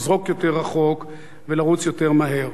לזרוק יותר רחוק ולרוץ יותר מהר.